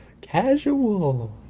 casual